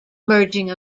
merging